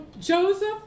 Joseph